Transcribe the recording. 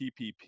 PPP